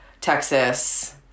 Texas